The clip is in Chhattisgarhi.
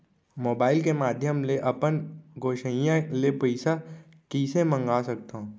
मोबाइल के माधयम ले अपन गोसैय्या ले पइसा कइसे मंगा सकथव?